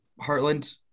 heartland